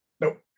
Nope